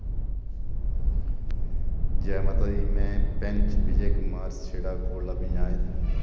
जै माता दी मैं पैंच विजय कुमार शेड़ा खोड़ला पंचायत